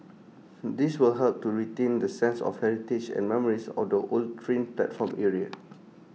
this will help to retain the sense of heritage and memories of the old train platform area